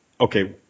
okay